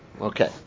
okay